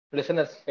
Listeners